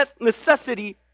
necessity